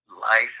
Life